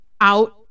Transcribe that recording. out